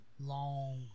long